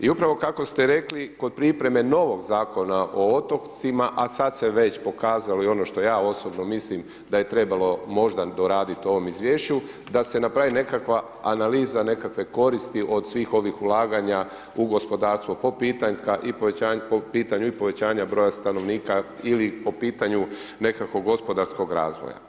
I upravo kako ste rekli, kod pripreme novog Zakona o otocima, a sad se već pokazalo i ono što ja osobno mislim, da je trebalo možda doraditi u ovom Izvješću da se napravi nekakva analiza nekakve koristi od svih ovih ulaganja u gospodarstvu po pitanju i povećanja broja stanovnika ili po pitanju nekakvog gospodarskog razvoja.